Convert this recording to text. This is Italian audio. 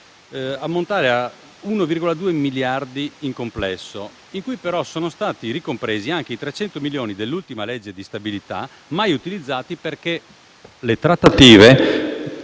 a 1,92 miliardi di euro, in cui però sono ricompresi anche i 300 milioni dell'ultima legge di stabilità, mai utilizzati perché le trattative